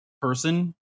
person